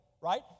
right